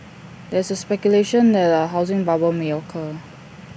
there is speculation that A housing bubble may occur